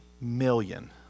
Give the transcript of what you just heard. million